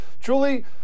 Julie